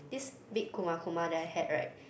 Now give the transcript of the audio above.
this big kuma-kuma that I had right